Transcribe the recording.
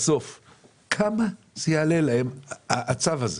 כמה הצו הזה יעלה להם בסוף?